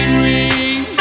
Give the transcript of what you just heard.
ring